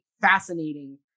fascinating